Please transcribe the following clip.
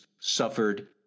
suffered